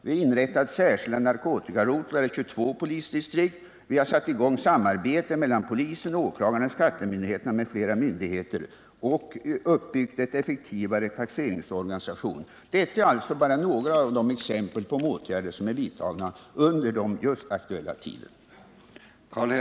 Vi har inrättat särskilda polisrotlar i 22 polisdistrikt. Vi har igångsatt samarbete mellan polisen, åklagarna, skattemyndigheterna m.fl. myndigheter samt uppbyggt en effektivare taxeringsorganisation. Detta är bara några exempel på de åtgärder som är vidtagna under just den här aktuella tiden.